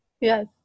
yes